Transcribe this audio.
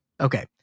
Okay